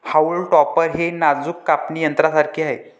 haulm topper हे नाजूक कापणी यंत्रासारखे आहे